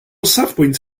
safbwynt